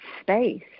space